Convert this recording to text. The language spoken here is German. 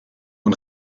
und